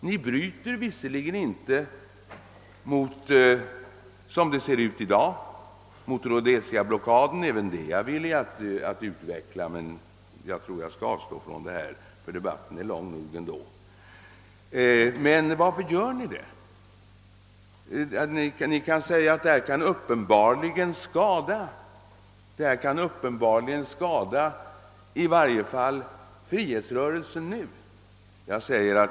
Ni bryter visserligen inte — som det ser ut i dag — mot Rhodesiablockaden men varför gör ni det? Ni kan säga att detta uppenbarligen kan skada frihetsrörelsen, i varje fall nu.